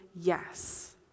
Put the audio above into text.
yes